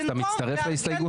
אז אתה מצטרף להסתייגות?